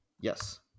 Yes